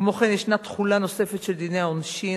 כמו כן ישנה תחולה נוספת של דיני העונשין,